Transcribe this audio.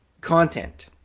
Content